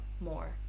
more